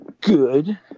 good